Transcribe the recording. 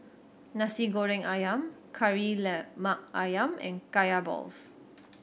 Nasi Goreng Ayam Kari Lemak Ayam and Kaya balls